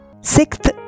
Sixth